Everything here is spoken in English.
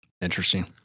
Interesting